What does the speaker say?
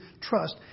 trust